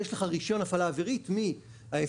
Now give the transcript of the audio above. יש לך רישיון הפעלה אווירית מה-FAA,